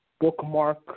bookmark